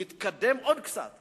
הוא התקדם עוד קצת.